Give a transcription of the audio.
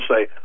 say